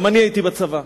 גם אני הייתי בצבא.